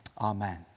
Amen